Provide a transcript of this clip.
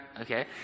okay